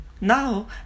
Now